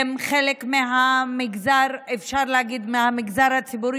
חלק מהמגזר הציבורי.